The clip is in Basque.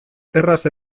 erraz